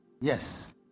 Yes